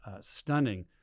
Stunning